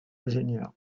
ingénieur